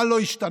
מה לא השתנה?